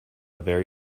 very